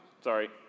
Sorry